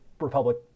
Republic